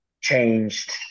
changed